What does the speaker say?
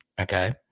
Okay